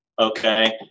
okay